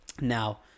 Now